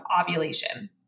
ovulation